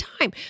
time